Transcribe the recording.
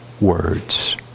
words